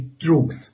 truth